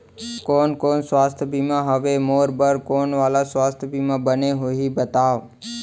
कोन कोन स्वास्थ्य बीमा हवे, मोर बर कोन वाले स्वास्थ बीमा बने होही बताव?